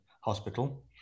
hospital